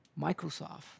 Microsoft